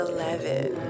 Eleven